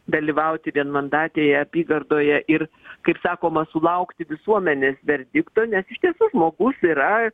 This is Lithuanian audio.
dalyvauti vienmandatėje apygardoje ir kaip sakoma sulaukti visuomenės verdikto nes iš tiesų žmogus yra